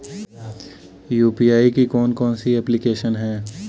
UPI की कौन कौन सी एप्लिकेशन हैं?